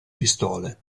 pistole